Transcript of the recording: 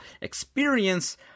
experience